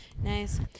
nice